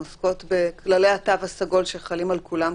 הן עוסקות בכללי התו הסגול שחלים על כולם,